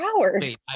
hours